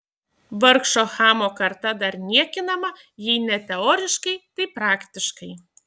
vargšo chamo karta dar niekinama jei ne teoriškai tai praktiškai